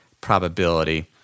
probability